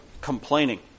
complaining